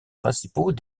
principaux